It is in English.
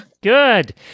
Good